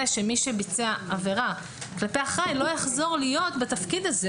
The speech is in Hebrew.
שמי ביצע עבירה כלפי אחראי לא יחזור להיות בתפקיד הזה.